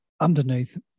underneath